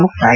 ಮುಕ್ತಾಯ